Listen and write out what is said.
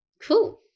Cool